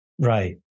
Right